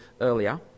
earlier